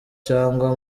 cyangwa